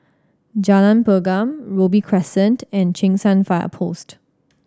Jalan Pergam Robey Crescent and Cheng San Fire Post